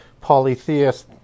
polytheist